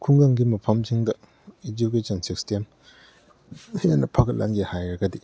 ꯈꯨꯡꯒꯪꯒꯤ ꯃꯐꯝꯁꯤꯡꯗ education system ꯍꯦꯟꯅ ꯐꯒꯠꯍꯟꯒꯦ ꯍꯥꯏꯔꯒꯗꯤ